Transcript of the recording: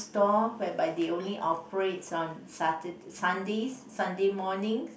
store whereby they only operates on Satur~ Sundays Sunday morning